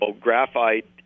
graphite